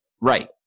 Right